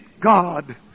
God